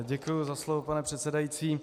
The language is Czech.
Děkuji za slovo, pane předsedající.